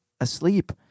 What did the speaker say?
Asleep